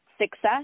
success